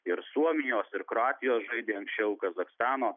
ir suomijos ir kroatijos žaidė anksčiau kazachstano